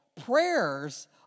prayers